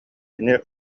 кини